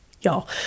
y'all